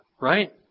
right